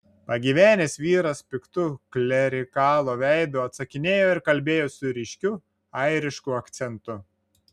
pagyvenęs vyras piktu klerikalo veidu atsakinėjo ir kalbėjo su ryškiu airišku akcentu